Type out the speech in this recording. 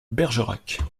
bergerac